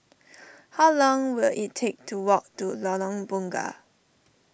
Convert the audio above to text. how long will it take to walk to Lorong Bunga